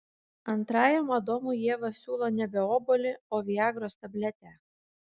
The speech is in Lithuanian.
antrajam adomui ieva siūlo nebe obuolį o viagros tabletę